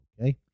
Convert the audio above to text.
Okay